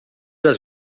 els